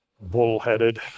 bull-headed